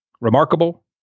Remarkable